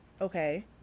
okay